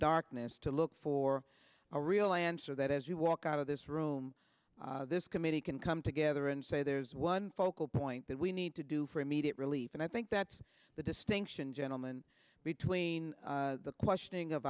darkness to look for a real answer that as you walk out of this room this committee can come together and say there's one focal point that we need to do for immediate relief and i think that's the distinction gentleman between the questioning of